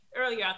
earlier